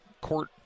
court